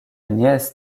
nièce